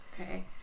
Okay